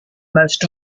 most